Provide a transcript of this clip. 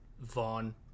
Vaughn